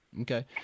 Okay